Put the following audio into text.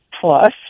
plus